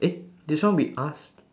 eh this one we asked